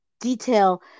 detail